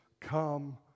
come